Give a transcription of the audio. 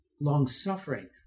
long-suffering